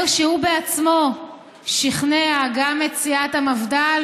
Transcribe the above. אומר שהוא בעצמו שכנע גם את סיעת המפד"ל